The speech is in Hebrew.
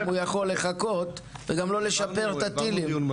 אם הוא יכול לחכות וגם לא לשפר את הטילים.